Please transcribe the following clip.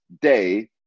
day